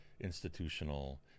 institutional